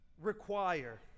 require